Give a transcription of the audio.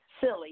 silly